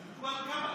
דילגו על כמה.